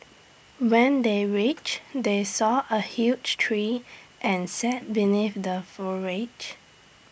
when they reached they saw A huge tree and sat beneath the forage